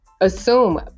Assume